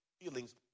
feelings